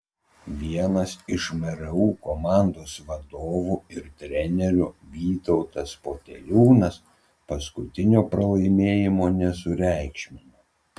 vienas iš mru komandos vadovų ir trenerių vytautas poteliūnas paskutinio pralaimėjimo nesureikšmino